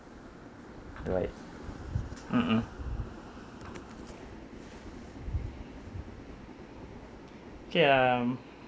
right mmhmm okay um